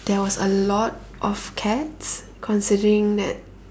there was a lot of cats considering that